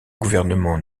gouvernement